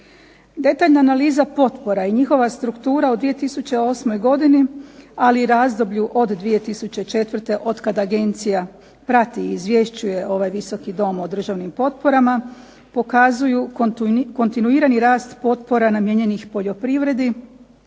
Detaljna analiza potpora i njihova struktura u 2008. godini, ali i razdoblju od 2004. otkad agencija prati i izvješćuje ovaj Visoki dom o državnim potporama pokazuju kontinuirani rast potpora namijenjenih poljoprivredi,